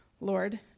Lord